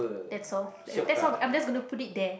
that's all that's all I'm just gonna put it there